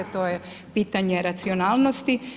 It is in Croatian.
To je pitanje racionalnosti.